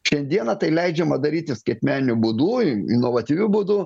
šiandieną tai leidžiama daryti skaitmeniniu būdu inovatyviu būdu